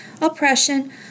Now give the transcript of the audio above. oppression